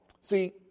See